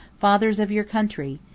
fathers of your country!